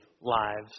lives